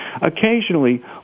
Occasionally